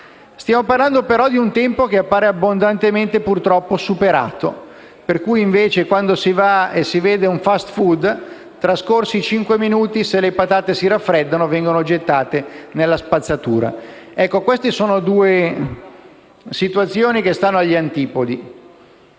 Stiamo parlando però di un tempo che appare abbondantemente superato e, infatti, in un *fast food*, trascorsi cinque minuti, se le patate si raffreddano vengono gettate nella spazzatura. Queste sono due situazioni che stanno agli antipodi.